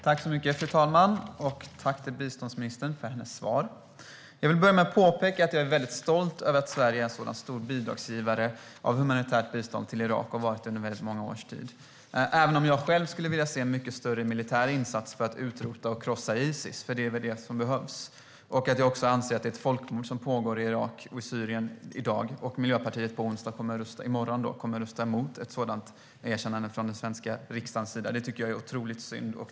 Fru talman! Jag tackar biståndsministern för hennes svar. Jag vill börja med att påpeka att jag är mycket stolt över att Sverige är en sådan stor bidragsgivare av humanitärt bistånd till Irak och har varit det under väldigt många års tid, även om jag själv skulle vilja se en mycket större militär insats för att utrota och krossa Isis, som väl är det som behövs. Jag anser också att det är ett folkmord som pågår i Irak och i Syrien i dag. Att Miljöpartiet i morgon kommer att rösta emot ett sådant erkännande från den svenska riksdagens sida tycker jag är otroligt synd.